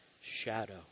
shadow